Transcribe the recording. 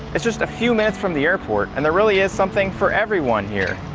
it's just a few minutes from the airport and there really is something for everyone here.